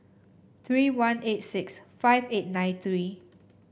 three one eight six five eight nine three